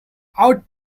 ought